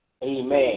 Amen